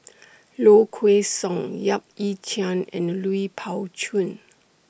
Low Kway Song Yap Ee Chian and Lui Pao Chuen